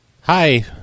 Hi